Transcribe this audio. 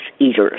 eaters